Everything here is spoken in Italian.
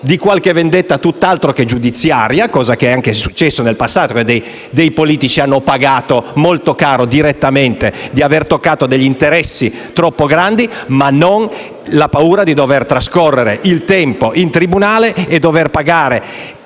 di qualche vendetta tutt'altro che giudiziaria - cosa successa nel passato: alcuni politici hanno pagato molto caro e direttamente per aver toccato degli interessi troppo grandi - ma non di trascorrere il tempo in tribunale e di dover pagare